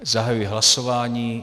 Zahajuji hlasování.